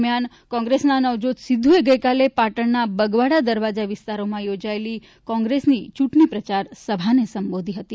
દરમિયાન કોંગ્રેસના નવજોત સિદ્ધુએ ગઈકાલે પાટણના બગવાડા દરવાજા વિસ્તારમાં યોજાયેલી કોંગ્રેસની ચૂંટણી પ્રચાર સભાને સંબોધી હતી